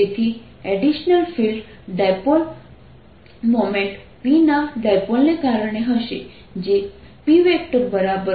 તેથી additional field dipole moment P ના ડાયપોલને કારણે હશે જે P 4π3R13Pz છે